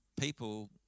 people